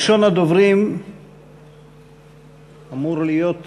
ראשון הדוברים אמור להיות